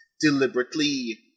deliberately